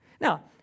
Now